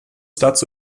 dazu